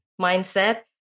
mindset